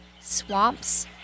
swamps